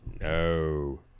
No